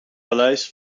paleis